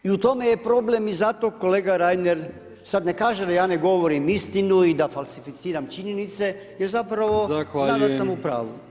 I u tome je problem i zato kolega Reiner sada ne kaže da ja ne govorim istinu i da falsificiram činjenice, jer zapravo zna da sam u pravu.